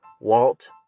Walt